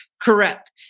Correct